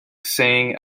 saying